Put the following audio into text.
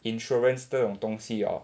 insurance 这种东西 orh